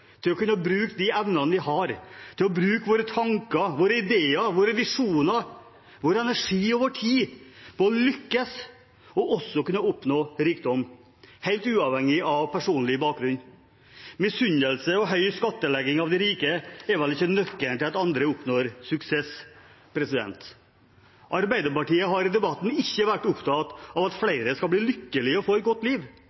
til å kunne bruke de evnene vi har, til å bruke våre tanker, våre ideer, våre visjoner, vår energi og vår tid på å lykkes – og også kunne oppnå rikdom, helt uavhengig av personlig bakgrunn. Misunnelse og høy skattlegging av de rike er vel ikke nøkkelen til at andre oppnår suksess. Arbeiderpartiet har i debatten ikke vært opptatt av at